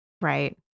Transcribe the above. Right